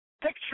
picture